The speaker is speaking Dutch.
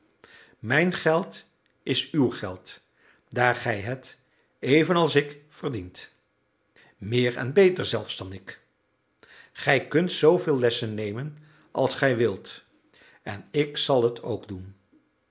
mijn geld is uw geld daar gij het evenals ik verdient meer en beter zelfs dan ik gij kunt zooveel lessen nemen als gij wilt en ik zal het ook doen